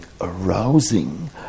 arousing